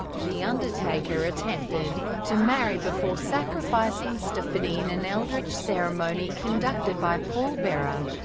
the undertaker attempted to marry before sacrificing stephanie in an eldritch ceremony conducted by paul bearer,